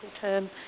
term